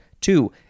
Two